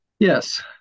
Yes